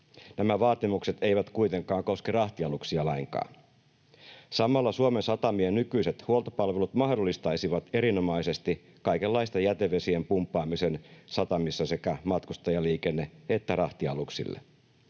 Nämä vaatimukset eivät kuitenkaan koske rahtialuksia lainkaan. Samalla Suomen satamien nykyiset huoltopalvelut mahdollistaisivat erinomaisesti kaikenlaisten jätevesien pumppaamisen satamissa sekä matkustajaliikenne- että rahtialuksille.